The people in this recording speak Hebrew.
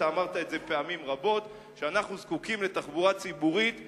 אתה אמרת פעמים רבות שאנחנו זקוקים לתחבורה ציבורית זולה,